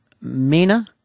Mina